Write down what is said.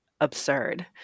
absurd